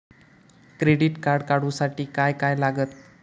Credit card काढूसाठी काय काय लागत?